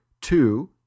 two